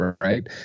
Right